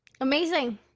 amazing